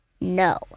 No